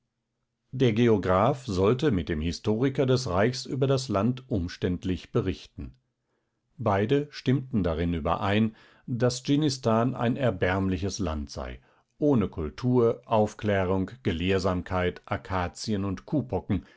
der geograph sollte mit dem historiker des reichs über das land umständlich berichten beide stimmten darin überein daß dschinnistan ein erbärmliches land sei ohne kultur aufklärung gelehrsamkeit akazien und